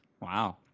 wow